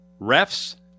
Refs